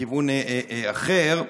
בכיוון אחר.